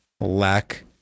lack